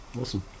Awesome